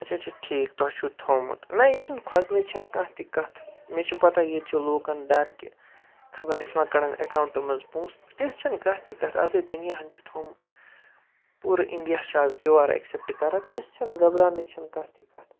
اچھا اچھا ٹھیٖک تۄہہِ چھُ تھوٚومُت نہ یہِ چھِنہٕ کھۄژنٕچ چھَنہٕ کانٛہہ تہِ کَتھ مےٚ چھِ پَتہ ییٚتہِ چھِ لوٗکَن ڈَر کہِ خبر اَسہِ مہ کَڑَن اٮ۪کاونٛٹ منٛزٕ پونٛسہٕ تِژھ چھَنہٕ کانٛہہ تہِ کَتھ اَزَے دُنیاہَن چھِ تھوٚومُت پوٗرٕ اِنڈیاہَس چھِ اَز کیو آر اٮ۪کسٮ۪پٹ کَران تِژھ چھَنہٕ گبراونٕچ چھَنہٕ کانٛہہ تہِ کَتھ